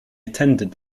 attended